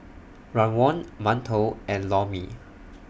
Rawon mantou and Lor Mee